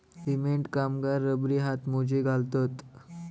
cement कामगार रबरी हातमोजे घालतत